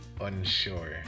unsure